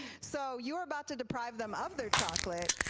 so you are about to deprive them of their chocolate,